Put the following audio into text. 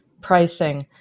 pricing